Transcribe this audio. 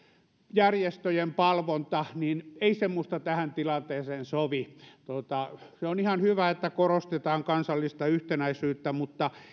järjestöjen palvonta ei minusta tähän tilanteeseen sovi on ihan hyvä että korostetaan kansallista yhtenäisyyttä mutta